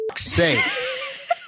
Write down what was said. Safe